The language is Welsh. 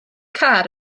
car